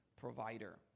provider